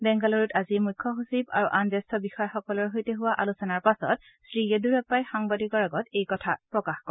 বেংগালুৰুত আজি মুখ্য সচিব আৰু আন জ্যেষ্ঠ বিষযাসকলৰ সৈতে হোৱা আলোচনাৰ পাছত শ্ৰীয়েডুৰাপ্পাই সাংবাদিকৰ আগত এই কথা প্ৰকাশ কৰে